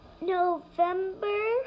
November